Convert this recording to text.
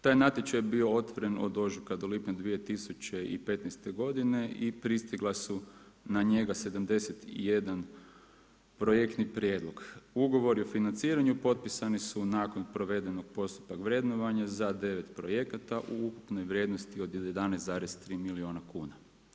Taj natječaj je bio otvoren od ožujka do lipnja 2015. godine i pristigla su na njega 71 projektni prijedloga, ugovori o financiranju potpisani su nakon provedenog postupak vrednovanja, za 9 projekta u vrijednosti od 11,3 milijuna kuna.